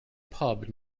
pub